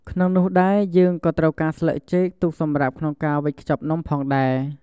ក្នុងនោះដែរ យើងក៏ត្រូវការស្លឹកចេក ទុកសម្រាប់ក្នុងការវេចខ្ជប់នំផងដែរ។